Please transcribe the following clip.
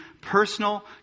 personal